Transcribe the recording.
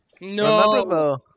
No